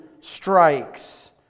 strikes